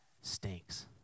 stinks